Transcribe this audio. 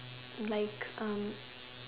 like erm